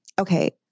Okay